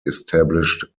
established